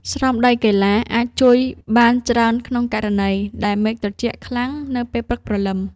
ស្រោមដៃកីឡាអាចជួយបានច្រើនក្នុងករណីដែលមេឃត្រជាក់ខ្លាំងនៅពេលព្រឹកព្រលឹម។